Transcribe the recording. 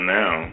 now